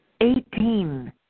Eighteen